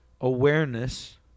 awareness